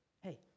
Hey